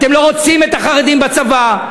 אתם לא רוצים את החרדים בצבא,